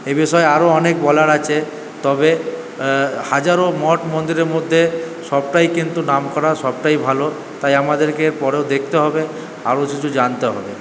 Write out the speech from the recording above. এ বিষয়ে আরো অনেক বলার আছে তবে হাজারো মঠ মন্দিরের মধ্যে সবটাই কিন্তু নামকরা সবটাই ভালো তাই আমাদেরকে পরেও দেখতে হবে আরও কিছু জানতে হবে